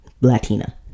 Latina